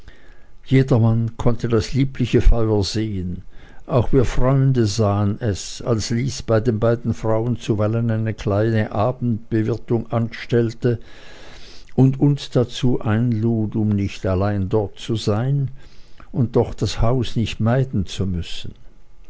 jedermann konnte das liebliche feuer sehen auch wir freunde sahen es als lys bei den beiden frauen zuweilen eine kleine abendbewirtung anstellte und uns dazu einlud um nicht allein dort zu sein und doch das haus nicht meiden zu müssen